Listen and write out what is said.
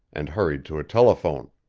and hurried to a telephone.